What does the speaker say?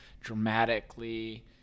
dramatically